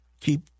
keep